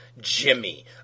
Jimmy